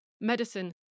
medicine